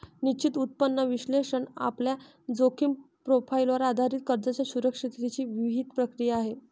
निश्चित उत्पन्न विश्लेषण आपल्या जोखीम प्रोफाइलवर आधारित कर्जाच्या सुरक्षिततेची विहित प्रक्रिया आहे